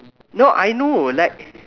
no I know like